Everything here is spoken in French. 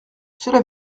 cela